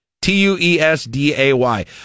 T-U-E-S-D-A-Y